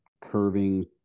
curving